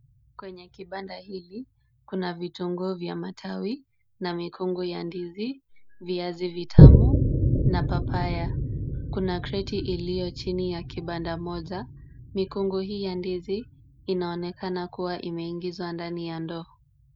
Kwenye kibanda hili, kuna vitunguu vya matawi na mikungu ya ndizi, viazi vitamu na papaya. Kuna kreti iliyo chini ya kibanda moja. Mikungu hii ya ndizi inaonekana kuwa imeingizwa ndani ya ndoo.